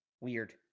Weird